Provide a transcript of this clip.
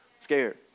Scared